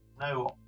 no